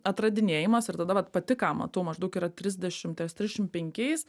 atradinėjimas ir tada vat pati ką matau maždaug yra trisdešimt ties trisdešimt penkiais